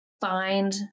find